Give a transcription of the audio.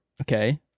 Okay